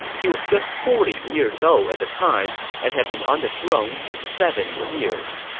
he was just forty years old at the time and had been on the throne for seven years.